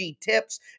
tips